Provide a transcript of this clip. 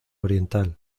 oriental